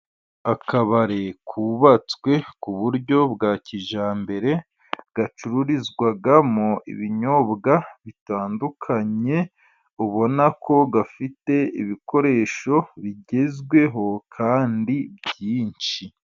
Akabari kubatswe ku buryo bwa kijyambere, gacururizwamo ibinyobwa bitandukanye ubona ko gafite ibikoresho bigezweho kandi byinshi.